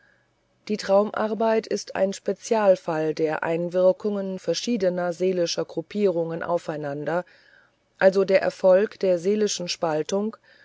die traumarbeit ist ein spezialfall der einwirkungen verschiedener seelischer gruppierungen aufeinander also der erfolge der seelischen spaltung